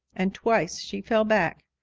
and twice she fell back,